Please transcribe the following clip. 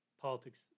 politics